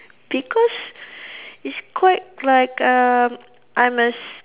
because it's quite like um I'm a